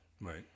Right